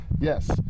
Yes